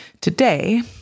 Today